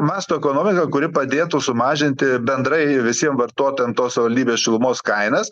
masto ekonomika kuri padėtų sumažinti bendrai visiem vartotojam tos savivaldybės šilumos kainas